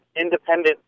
independent